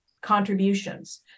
contributions